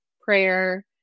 prayer